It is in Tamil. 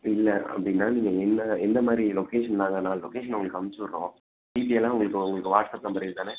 இல்லை அப்படின்னா நீங்கள் என்ன எந்த மாதிரி லொகேஷன் நாங்கள் நாலு லொகேஷன் உங்களுக்கு அனுச்சிவுட்றோம் டீட்டெயிலாக உங்களுக்கு உங்களுக்கு வாட்ஸ்ஆப் நம்பர் இது தானே